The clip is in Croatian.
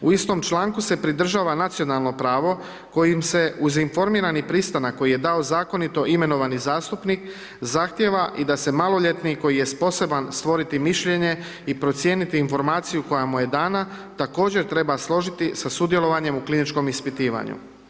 U istom članku se pridržava nacionalno pravo kojim se uz informirani pristanak koji je dao zakonito imenovani zastupnik, zahtjeva i da se maloljetnik koji je sposoban stvoriti mišljenje i procijeniti informaciju koja mu je dana, također treba složiti sa sudjelovanje u kliničkom ispitivanju.